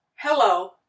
Hello